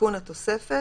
תיקון התוספת